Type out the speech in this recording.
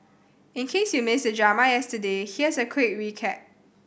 in case you missed the drama yesterday here's a quick recap